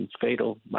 fatal